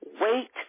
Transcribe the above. wait